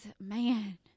man